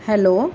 hello